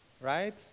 right